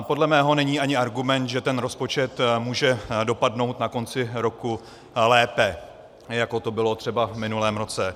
Podle mého není ani argument, že ten rozpočet může dopadnout na konci roku lépe, jako to bylo třeba v minulém roce.